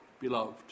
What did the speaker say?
beloved